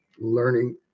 learning